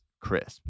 crisp